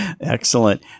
Excellent